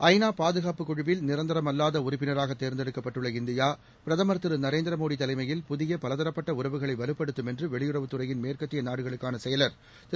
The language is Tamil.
ஐ நா பாதுகாப்பு குழுவில் நிரந்தரமல்வாத உறுப்பினராகத் தேர்ந்தெடுக்கப்பட்டுள்ள இந்தியா பிரதமர் திரு நரேந்திர மோடி தலைமையில் புதிய பலதரப்பட்ட உறவுகளை வலுப்படுத்தும் என்று வெளியுறவுத் துறையின் மேற்கத்திய நாடுகளுக்கான செயலர் திரு